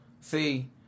See